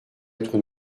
être